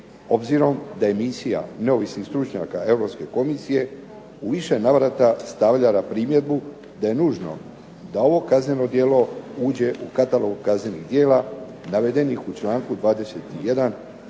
Obzirom da je Misija neovisnih stručnjaka Europske komisije u više navrata stavljala primjedbu da je nužno da ovo kazneno djelu uđe u katalog kaznenih djela navedenih u članku 21.